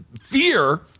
fear